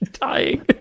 Dying